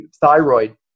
thyroid